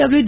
W